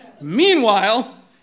Meanwhile